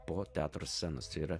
po teatro scenos yra